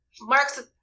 Mark's